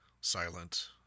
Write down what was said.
silent